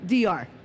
DR